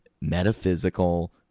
metaphysical